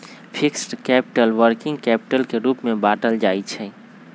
fixed capital, working capital के रूप में बाटल जाइ छइ